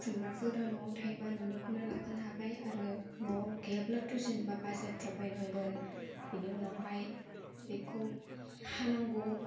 खुमब्राफोरा न'आव थायोब्ला न'निखौनो लाफानो हाबाय आरो न'आव गैयाब्लाथ' जेनेबा बाजारफ्राव बायनांगोन बिनि उनावहाय बेखौ हानांगौ